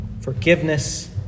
forgiveness